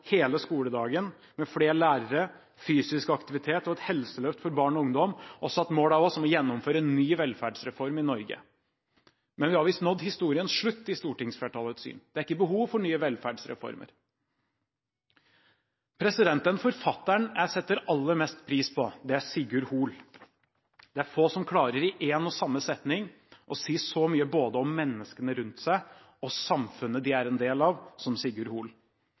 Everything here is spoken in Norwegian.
hele skoledagen, med flere lærere, fysisk aktivitet og et helseløft for barn og ungdom, og vi kunne tatt mål av oss til å gjennomføre en ny velferdsreform i Norge. Men vi har visst nådd historiens slutt etter stortingsflertallets syn – det er ikke behov for nye velferdsreformer. Den forfatteren jeg setter aller mest pris på, er Sigurd Hoel. Det er få som i en og samme setning klarer å si så mye om både menneskene rundt seg og om samfunnet de er en del av, som